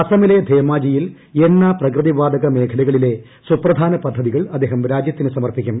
അസമിലെ ധേമാജിയിൽ എണ്ണ പ്രകൃതി വാതക മേഖലകളിലെ സുപ്രധാന പദ്ധതികൾ അദ്ദേഹം രാജ്യത്തിന് സമർപ്പിക്കും